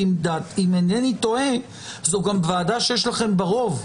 ואם אינני טועה, זו גם ועדה שיש לכם בה רוב.